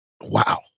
Wow